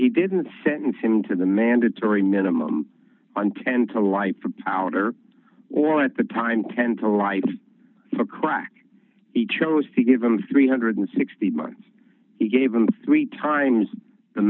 he didn't sentence him to the mandatory minimum on ten to life for powder or at the time ten to life for crack he chose to give him three hundred and sixty months he gave him three times the